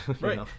Right